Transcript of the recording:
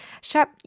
Sharp